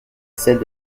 celle